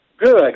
Good